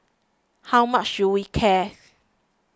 how much should we care